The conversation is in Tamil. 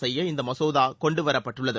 செய்ய இந்த மசோதா கொண்டுவரப்பட்டுள்ளது